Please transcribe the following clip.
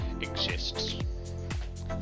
exists